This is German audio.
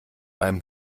beim